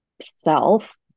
self